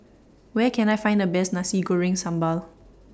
Where Can I Find The Best Nasi Goreng Sambal